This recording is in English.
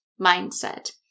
mindset